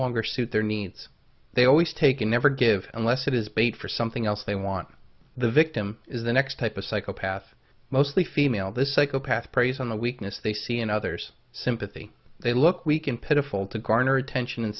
longer suit their needs they always take and never give unless it is bait for something else they want the victim is the next type of psychopath mostly female this psychopath preys on the weakness they see in others sympathy they look weak and pitiful to garner attention and